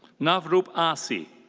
navroop assi.